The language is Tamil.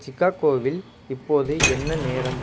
சிகாகோவில் இப்போது என்ன நேரம்